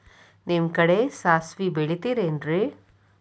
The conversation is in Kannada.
ನಿಮ್ಮ ಕಡೆ ಸಾಸ್ವಿ ಬೆಳಿತಿರೆನ್ರಿ?